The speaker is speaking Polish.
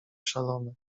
szalone